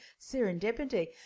serendipity